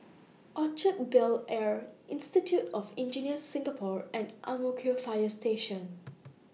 Orchard Bel Air Institute of Engineers Singapore and Ang Mo Kio Fire Station